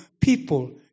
people